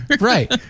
Right